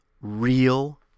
real